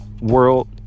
World